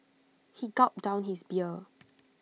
he gulped down his beer